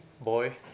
boy